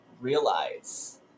realize